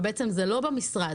ובעצם זה לא במשרד,